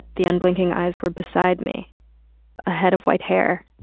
the unblinking eyes were beside me a head of white hair,